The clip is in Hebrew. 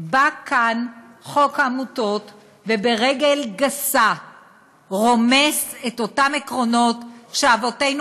בא כאן חוק העמותות וברגל גסה רומס את אותם עקרונות שאבותינו